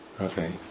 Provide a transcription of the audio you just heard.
Okay